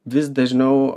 vis dažniau